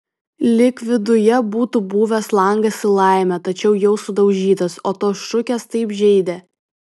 lyg viduje būtų buvęs langas į laimę tačiau jau sudaužytas o tos šukės taip žeidė